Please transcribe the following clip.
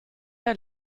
der